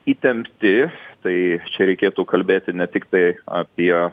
įtempti tai čia reikėtų kalbėti ne tiktai apie